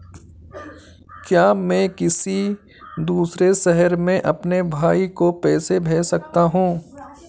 क्या मैं किसी दूसरे शहर में अपने भाई को पैसे भेज सकता हूँ?